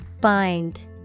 Bind